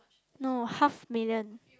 no half million